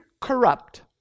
corrupt